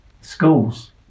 Schools